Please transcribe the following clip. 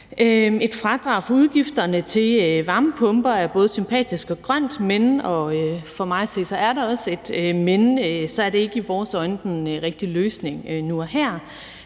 Et fradrag for udgifterne til varmepumper er både sympatisk og grønt, men – og for mig at se er der også et »men« – det er i vores øjne ikke den rigtige løsning nu og her.